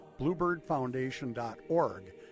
BluebirdFoundation.org